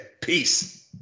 Peace